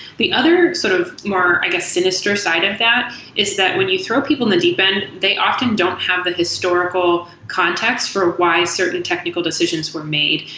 the other sort of more i guess sinister side of that is that when you throw people in the deep end, they often don't have an historical context for why certain technical decisions were made.